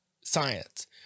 science